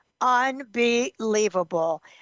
Unbelievable